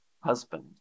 husband